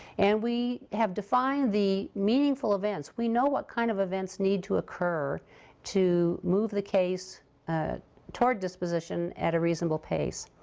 and we have defined the meaningful events. we know what kind of events need to occur to move the case toward disposition at a reasonable pace.